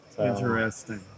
Interesting